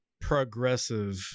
progressive